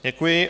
Děkuji.